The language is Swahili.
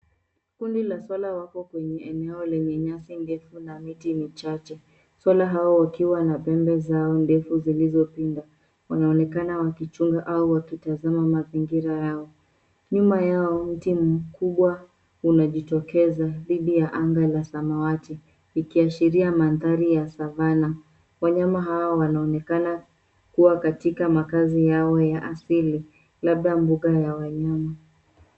Kundi la swala wako kwenye eneo lenye nyasi ndefu na miti michache. Swala hao wakiwa na pembe zao ndefu zilizopinda, wanaonekana wakichunga au wakitazama mazingira yao. Nyuma yao mti mkubwa unajitokeza, dhidi ya anga la samawati, likiashiria mandhari ya savannah . Wanyama hawa wanaonekana kuwa katika makazi yao ya asili, labda mbuga ya wanyama.